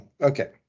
okay